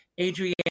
Adrienne